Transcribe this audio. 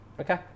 Okay